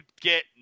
get